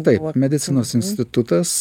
taip medicinos institutas